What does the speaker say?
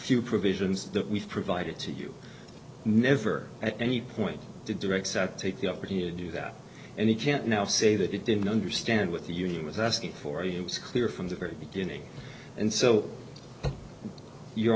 few provisions that we've provided to you never at any point to direct sat take the upper tier do that and you can't now say that it didn't understand what the union was asking for you was clear from the very beginning and so you